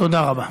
תודה רבה.